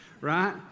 right